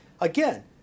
Again